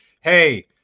hey